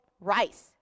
rice